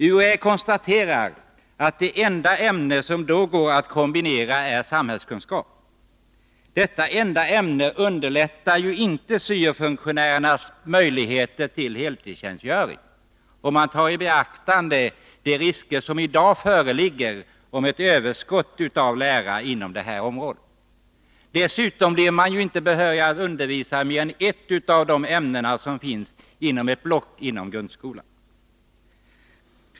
UHÄ konstaterar att det enda ämne som går att kombinera med syo är samhällskunskap. Detta enda ämne underlättar dock inte syo-funktionärernas möjligheter till heltidstjänster, om man tar i beaktande de risker som i dag föreligger för ett överskott av lärare inom detta område. Dessutom blir man inte behörig att undervisa i mer än ett av de ämnen som finns inom ett block i grundskolan.